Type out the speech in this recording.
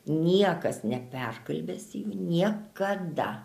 niekas neperkalbės jų niekada